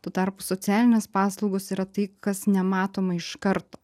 tuo tarpu socialinės paslaugos yra tai kas nematoma iš karto